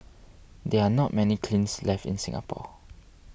there are not many kilns left in Singapore